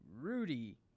Rudy